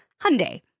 Hyundai